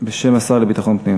בשם השר לביטחון פנים.